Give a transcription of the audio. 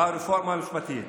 רפורמה משפטית.